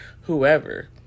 whoever